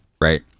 Right